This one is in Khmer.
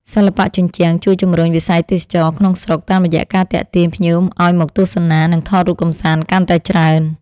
សិល្បៈជញ្ជាំងជួយជំរុញវិស័យទេសចរណ៍ក្នុងស្រុក តាមរយៈការទាក់ទាញភ្ញៀវឱ្យមកទស្សនា និងថតរូបកម្សាន្តកាន់តែច្រើន។